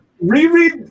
Reread